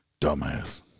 Dumbass